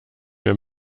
mehr